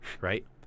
right